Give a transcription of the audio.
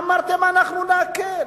אמרתם: אנחנו נקל,